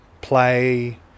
play